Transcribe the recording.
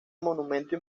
monumento